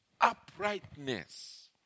uprightness